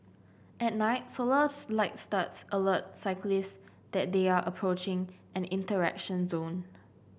at night solar light studs alert cyclists that they are approaching an interaction zone